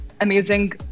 amazing